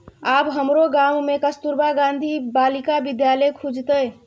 आब हमरो गाम मे कस्तूरबा गांधी बालिका विद्यालय खुजतै